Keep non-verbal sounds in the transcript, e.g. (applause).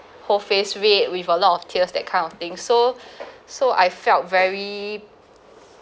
whole face red with a lot of tears that kind of thing so (breath) so I felt very